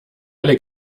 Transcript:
alle